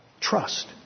Trust